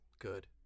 good